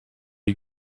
you